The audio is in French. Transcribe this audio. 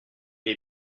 est